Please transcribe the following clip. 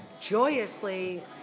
joyously